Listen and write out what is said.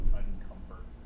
uncomfort